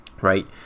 right